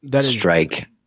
strike